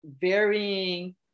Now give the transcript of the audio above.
varying